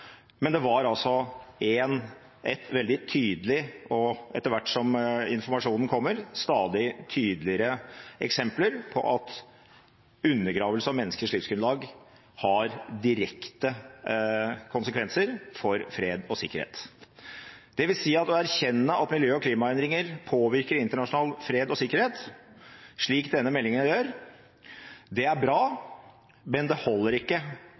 men det var altså veldig tydelige og, etter hvert som informasjonen kommer, stadig tydeligere eksempler på at undergraving av menneskers livsgrunnlag har direkte konsekvenser for fred og sikkerhet. Det vil si at å erkjenne at miljø- og klimaendringer påvirker internasjonal fred og sikkerhet, slik denne meldingen gjør, er bra, men det holder ikke